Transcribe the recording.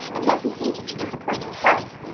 and yet he hated to disappoint his wife.